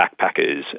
backpackers